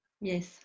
Yes